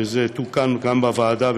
וזה תוקן גם בוועדה,